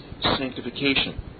sanctification